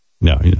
no